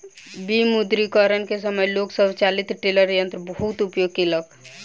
विमुद्रीकरण के समय लोक स्वचालित टेलर यंत्रक बहुत उपयोग केलक